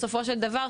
בסופו של דבר,